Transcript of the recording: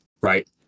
right